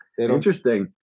interesting